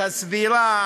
הסבירה,